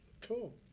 Cool